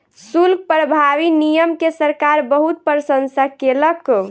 शुल्क प्रभावी नियम के सरकार बहुत प्रशंसा केलक